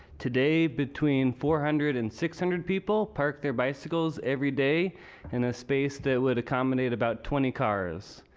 today between four hundred and six hundred people park their bicycles every day in a space that would accommodate about twenty cars.